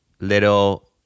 little